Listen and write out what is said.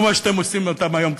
כמו שאתם עושים אותם היום,